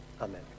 amen